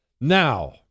now